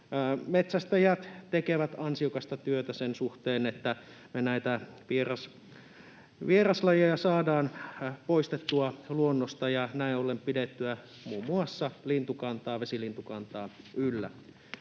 metsästäjät tekevät ansiokasta työtä sen suhteen, että me näitä vieraslajeja saadaan poistettua luonnosta ja näin ollen pidettyä muun muassa vesilintukantaa yllä.